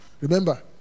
remember